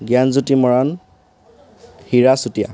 Gyanjyoti Moran Hira Chutia